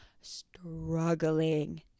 struggling